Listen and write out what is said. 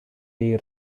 dei